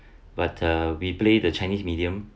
but uh we play the chinese medium